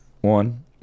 one